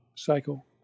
cycle